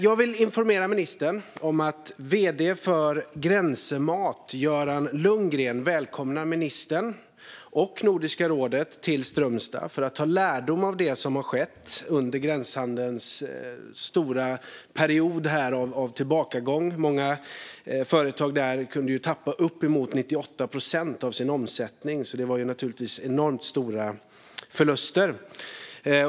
Jag vill informera ministern om att Göran Lundgren, driftschef vid Grensemat, välkomnar ministern och Nordiska rådet till Strömstad för att ta lärdom av det som skett under gränshandelns stora period av tillbakagång. Många företag där kunde tappa uppemot 98 procent av sin omsättning, så det var enormt stora förluster.